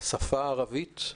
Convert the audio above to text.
בשפה הערבית,